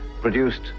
produced